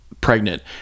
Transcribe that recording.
pregnant